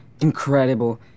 Incredible